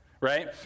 right